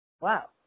Wow